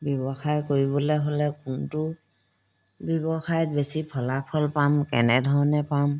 ব্যৱসায় কৰিবলৈ হ'লে কোনটো ব্যৱসায়ত বেছি ফলাফল পাম কেনেধৰণে পাম